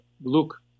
Look